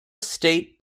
state